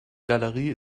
galerie